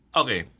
okay